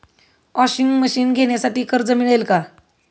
Washing machine घेण्यासाठी कर्ज मिळेल का?